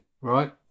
right